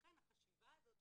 ולכן החשיבה הזאת,